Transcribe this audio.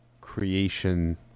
creation